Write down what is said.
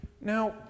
Now